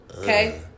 Okay